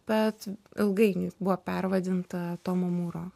bet ilgainiui buvo pervadinta tomo mūro